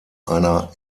einer